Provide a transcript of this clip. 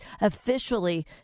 officially